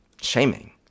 shaming